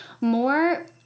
More